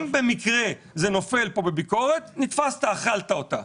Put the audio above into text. אם במקרה זה נופל כאן בביקורת, נתפסת ואכלת אותה.